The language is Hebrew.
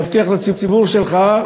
להבטיח לציבור שלך,